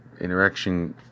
interaction